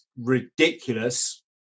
ridiculous